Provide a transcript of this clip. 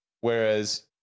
whereas